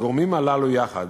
הגורמים הללו יחד